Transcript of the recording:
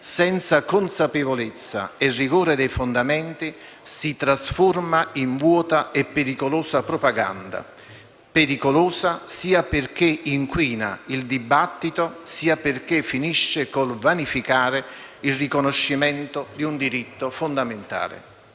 senza consapevolezza e rigore dei fondamenti si trasforma in vuota e pericolosa propaganda; pericolosa sia perché inquina il dibattito, sia perché finisce con il vanificare il riconoscimento di un diritto fondamentale.